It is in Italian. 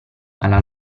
alla